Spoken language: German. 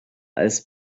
als